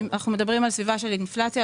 אנחנו מדברים על סביבה של אינפלציה,